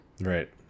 Right